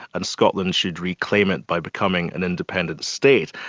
and scotland should reclaim it by becoming an independent state.